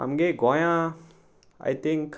आमगे गोंयां I think